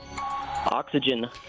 Oxygen